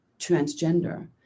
transgender